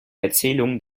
erzählung